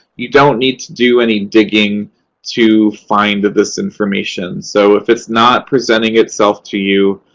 you don't need to do any digging to find this information. so if it's not presenting itself to you,